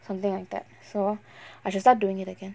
something like that so I should start doing it again